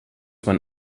man